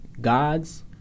gods